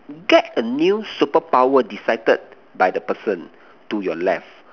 get a new superpower decided by the person to your left